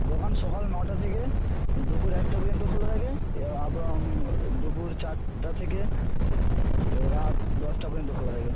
দোকান সকাল নটা থেকে দুপুর একটা পর্যন্ত খোলা থাকে ইয়ে এবং দুপুর চারটা থেকে রাত দশটা পর্যন্ত খোলা থাকে